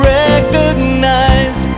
recognize